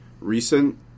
Recent